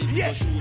yes